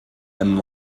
and